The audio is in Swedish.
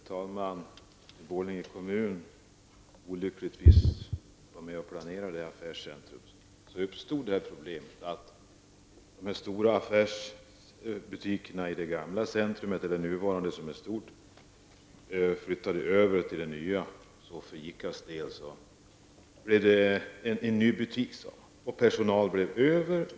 Herr talman! När Borlänge kommun olyckligtvis var med och planerade ett affärscentrum uppstod problem. Butikerna i det gamla centret flyttade över till det nya. För ICAs del blev det en ny butik, men personalen blev över.